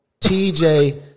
TJ